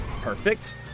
perfect